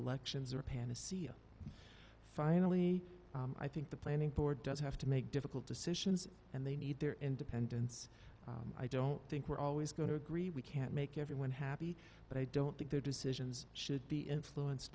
elections are a panacea finally i think the planning board does have to make difficult decisions and they need their independence i don't think we're always going to agree we can't make everyone happy but i don't think their decisions should be influenced